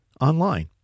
online